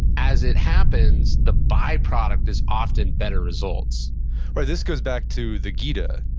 as it happens, the byproduct is often better results right, this goes back to the gita.